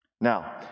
Now